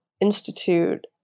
Institute